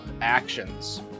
actions